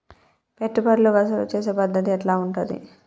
పెట్టుబడులు వసూలు చేసే పద్ధతి ఎట్లా ఉంటది?